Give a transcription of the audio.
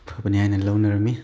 ꯐꯕꯅꯤ ꯍꯥꯏꯅ ꯂꯧꯅꯔꯝꯃꯤ